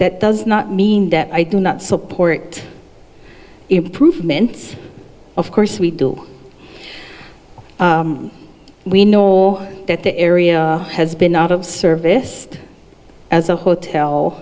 that does not mean that i do not support improvements of course we do we know that the area has been out of service as a